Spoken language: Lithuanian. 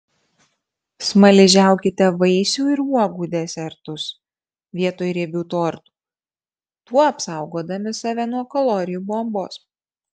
smaližiaukite vaisių ir uogų desertus vietoj riebių tortų tuo apsaugodami save nuo kalorijų bombos